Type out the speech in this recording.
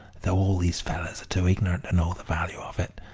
though all these fellers are too ignorant to know the value of it.